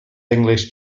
english